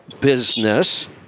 business